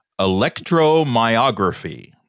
Electromyography